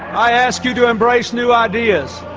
i ask you to embrace new ideas,